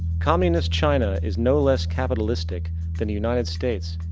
communist china is no less capitalistic than the united states.